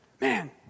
Man